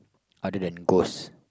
other than ghost